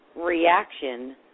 reaction